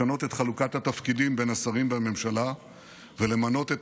לשנות את חלוקת התפקידים בין השרים בממשלה ולמנות את